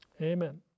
Amen